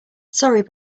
sorry